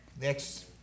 Next